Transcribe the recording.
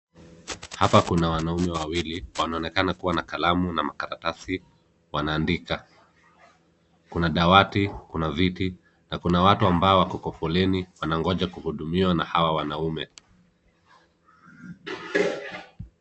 Hapa kuna wanaume wawili, wanaonekana kuwa na kalamu na makaratasi wanaandika. Kuna dawati, kuna viti na kuna watu wako kwa foleni wanangoja kuhudumiwa na hawa wanaume.